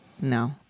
No